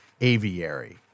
aviary